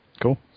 Cool